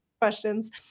questions